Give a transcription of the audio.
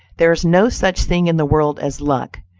there is no such thing in the world as luck.